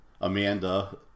Amanda